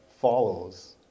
follows